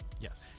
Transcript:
yes